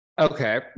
Okay